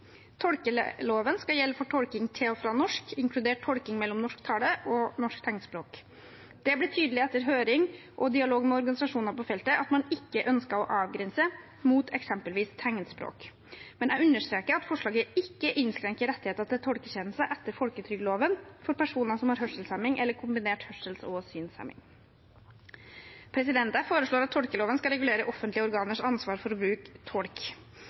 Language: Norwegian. skal gjelde for tolking til og fra norsk, inkludert tolking mellom norsk tale og norsk tegnspråk. Det ble tydelig etter høring og dialog med organisasjoner på feltet at man ikke ønsket å avgrense mot eksempelvis tegnspråk. Jeg understreker at forslaget ikke innskrenker rettigheter til tolketjenester etter folketrygdloven for personer som har hørselshemning eller kombinert hørsels- og synshemning. Jeg foreslår at tolkeloven skal regulere offentlige organers ansvar for å bruke tolk.